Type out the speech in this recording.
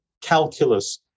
calculus